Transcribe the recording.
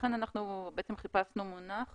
לכן חיפשנו מונח